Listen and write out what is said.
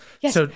Yes